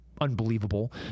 Unbelievable